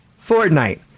Fortnite